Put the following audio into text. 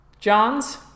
Johns